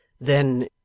Then—